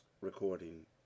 recording